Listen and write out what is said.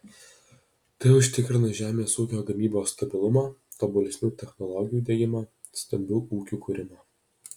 tai užtikrina žemės ūkio gamybos stabilumą tobulesnių technologijų diegimą stambių ūkių kūrimą